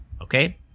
okay